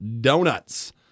Donuts